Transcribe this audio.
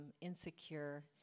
insecure